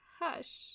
hush